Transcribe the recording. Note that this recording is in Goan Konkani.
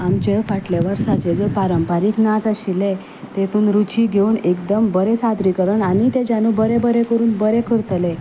आमचे फाटले वर्साचे जो पारंपारीक नाच आशिल्ले तितूंत रुची घेवन एकदम बरें सादरीकरण आनी ताच्याकून बरें बरें करून बरे करतले